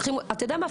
אתה יודע מה?